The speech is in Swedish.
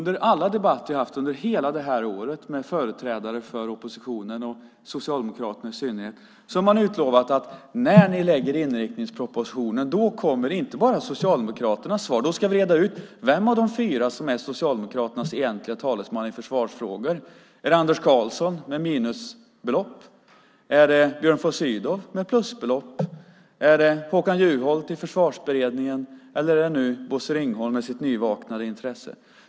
I alla debatter jag har haft under det här året med företrädare för oppositionen och Socialdemokraterna i synnerhet har man utlovat att när vi lägger fram inriktningspropositionen kommer inte bara Socialdemokraternas svar, utan då ska ni reda ut vem av de fyra är Socialdemokraternas egentliga talesman i försvarsfrågor. Är det Anders Karlsson med minusbelopp? Är det Björn von Sydow med plusbelopp? Är det Håkan Juholt vid Försvarsberedningen, eller är det Bosse Ringholm med sitt nyvakna intresse?